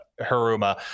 Haruma